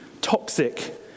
toxic